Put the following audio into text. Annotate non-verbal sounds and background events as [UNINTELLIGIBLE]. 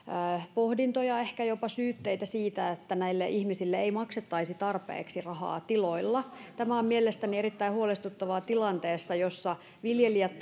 pohdintoja ehkä jopa syytteitä siitä että näille ihmisille ei maksettaisi tarpeeksi rahaa tiloilla tämä on mielestäni erittäin huolestuttavaa tilanteessa jossa viljelijät [UNINTELLIGIBLE]